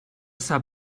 sap